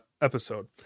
episode